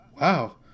Wow